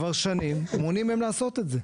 כבר שנים מונעים ממנו לעשות את זה.